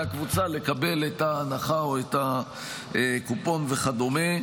הקבוצה לקבל את ההנחה או את הקופון וכדומה.